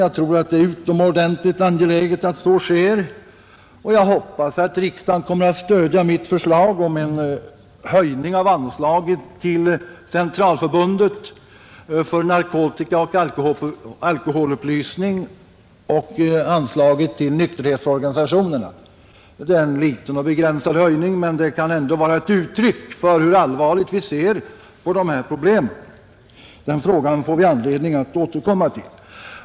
Jag tror att det är utomordentligt angeläget att så sker. Jag hoppas att riksdagen kommer att stödja mitt förslag om en höjning av anslaget till Centralförbundet för narkotikaoch alkoholupplysning och anslaget till nykterhetsorganisationerna. Det är en liten och begränsad höjning, men det kan ändå vara ett uttryck för hur allvarligt vi ser på de här problemen. Den frågan får vi anledning att återkomma till.